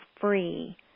free